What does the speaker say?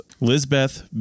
Lizbeth